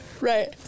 Right